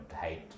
hate